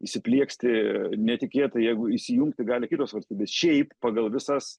įsiplieksti netikėtai jeigu įsijungti gali kitos valstybės šiaip pagal visas